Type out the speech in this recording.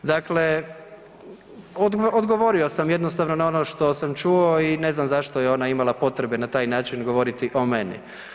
Dakle, odgovorio sam jednostavno na ono što sam čuo i ne znam zašto je ona imala potrebe na taj način govoriti o meni.